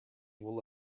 will